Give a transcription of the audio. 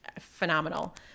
phenomenal